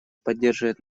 поддерживает